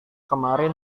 kemarin